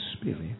spirit